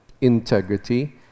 integrity